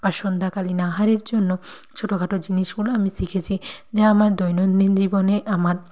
বা সন্ধ্যাকালীন আহারের জন্য ছোটখাটো জিনিসগুলো আমি শিখেছি যা আমার দৈনন্দিন জীবনে আমার